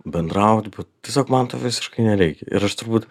bendraut bet tiesiog man to visiškai nereikia ir aš turbūt